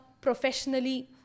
professionally